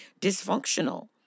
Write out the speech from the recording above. dysfunctional